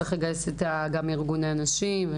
צריך לגייס גם את ארגוני הנשים.